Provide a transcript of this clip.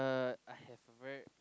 uh I have a very